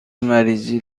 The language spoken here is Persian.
مریضی